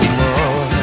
more